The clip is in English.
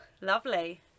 Lovely